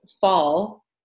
fall